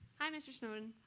hi, mr. snowden.